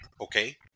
okay